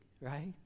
right